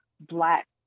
Black